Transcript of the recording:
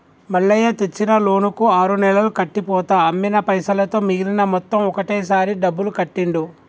మల్లయ్య తెచ్చిన లోన్ కు ఆరు నెలలు కట్టి పోతా అమ్మిన పైసలతో మిగిలిన మొత్తం ఒకటే సారి డబ్బులు కట్టిండు